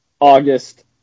August